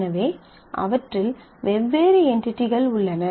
எனவே அவற்றில் வெவ்வேறு என்டிடிகள் உள்ளன